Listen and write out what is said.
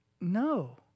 no